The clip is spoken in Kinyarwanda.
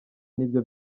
nibyo